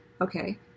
Okay